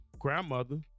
Grandmother